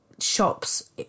Shops